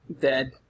Dead